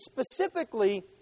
specifically